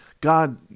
God